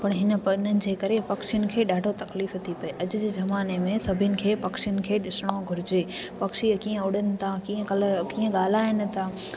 पर हिन परननि जे करे पक्षीयुनि खे ॾाढो तकलीफ़ थी पए अॼु जे ज़माने में सभिनि खे पक्षीयुनि खे ॾिसणो घुरिजे पक्षी कीअं उड़नि था कीअं कलर कीअं ॻल्हाइनि था